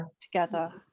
together